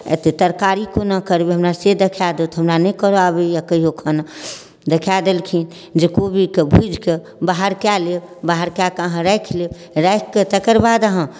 एतेक तरकारी कोना करबै हमरा से देखा देथुन हमरा नहि करऽ आबैए कहिओ खाना देखा देलखिन जे कोबीके भुजिकऽ बाहर कऽ लेब बाहर कऽ कऽ अहाँ राखि लेब राखिकऽ तकरबाद अहाँ